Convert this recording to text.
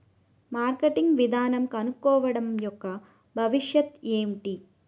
Marketing విధానం కనుక్కోవడం యెక్క భవిష్యత్ ఏంటి?